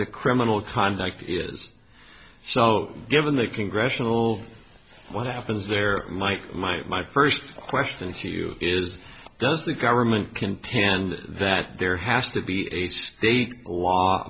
the criminal conduct is so given the congressional what happens there mike my my first question to you is does the government contend that there has to be a state law